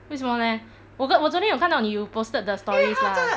为什么 leh 我 ge~ 我昨天有看到你有 posted the stories lah